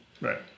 Right